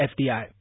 FDI